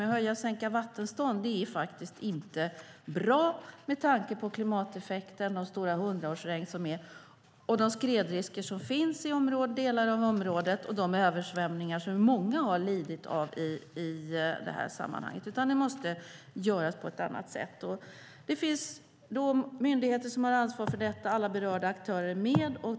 Att höja och sänka vattenstånd är faktiskt inte bra med tanke på klimateffekten, de stora hundraårsregn som förekommer, de skredrisker som finns i delar av området och de översvämningar som många har lidit av i det här sammanhanget. Det måste göras på ett annat sätt, och då finns det myndigheter som har ansvar för det. Alla berörda aktörer är med.